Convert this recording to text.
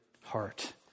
heart